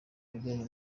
bijyanye